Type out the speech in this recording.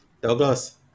Douglas